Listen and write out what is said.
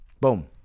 Boom